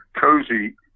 Cozy